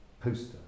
poster